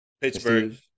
Pittsburgh